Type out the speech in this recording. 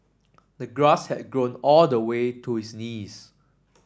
the grass had grown all the way to his knees